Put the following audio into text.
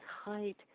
height